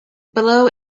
below